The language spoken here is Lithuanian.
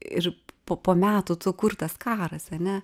ir po po metų tu kur tas karas ane